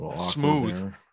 smooth